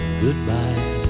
goodbye